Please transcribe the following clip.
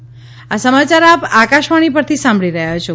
corona appeal આ સમાચાર આપ આકાશવાણી પરથી સાંભળી રહ્યા છો